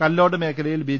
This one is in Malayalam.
കല്ലോട് മേഖലയിൽ ബി